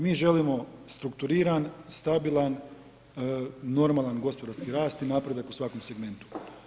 Mi želimo strukturiran, stabilan, normalan gospodarski rast i napredak u svakom segmentu.